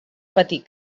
patir